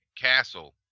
Castle